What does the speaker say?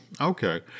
Okay